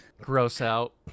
gross-out